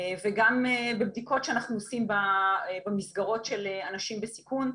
וגם בבדיקות שאנחנו עושים במסגרות של אנשים בסיכון,